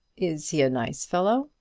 is he a nice fellow?